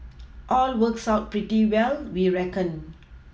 all works out pretty well we reckon